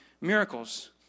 miracles